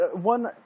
one